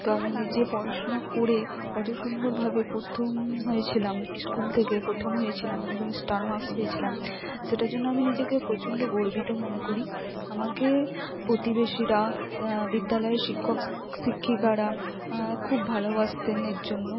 তো আমি নিজে পড়াশোনা করে অত সুন্দরভাবে প্রথম হয়েছিলাম স্কুল থেকে প্রথম হয়েছিলাম এবং স্টার মার্ক্স পেয়েছিলাম সেটার জন্য আমি নিজেকে প্রচণ্ড গর্বিত মনে করি আমাকে প্রতিবেশীরা বিদ্যালয়ের শিক্ষক শিক্ষিকারা খুব ভালবাসতেন এর জন্য